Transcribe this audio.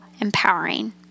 empowering